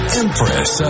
empress